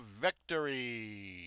Victory